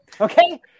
Okay